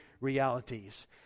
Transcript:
realities